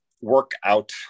workout